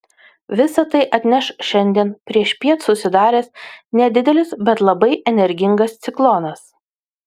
visa tai atneš šiandien priešpiet susidaręs nedidelis bet labai energingas ciklonas